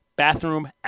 Bathroom